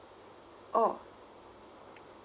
oh